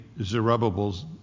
Zerubbabel's